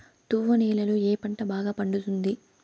తువ్వ నేలలో ఏ పంట బాగా పండుతుంది?